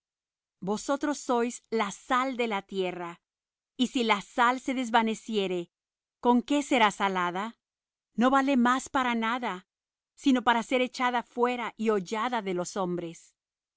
vosotros sois la sal de la tierra y si la sal se desvaneciere con qué será salada no vale más para nada sino para ser echada fuera y hollada de los hombres